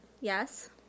Yes